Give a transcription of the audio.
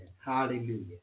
Hallelujah